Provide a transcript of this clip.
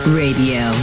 radio